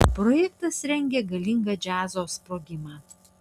projektas rengia galingą džiazo sprogimą